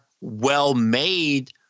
well-made